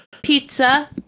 Pizza